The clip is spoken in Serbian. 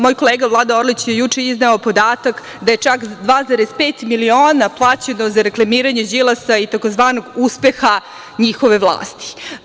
Moj kolega Vlada Orlić je juče izneo podatak da je čak 2,5 miliona plaćeno za reklamiranje Đilasa i tzv. uspeha njihove vlasti.